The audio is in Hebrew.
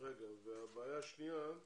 הבעיה השנייה היא